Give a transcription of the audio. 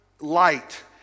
light